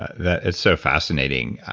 that is so fascinating.